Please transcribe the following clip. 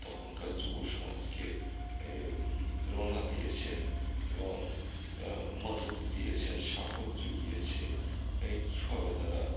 তখনকার যুব সমাজকে প্রেরণা দিয়েছেন এবং মদত দিয়েছেন সাহস জুগিয়েছে কীভাবে তারা